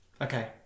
Okay